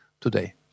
today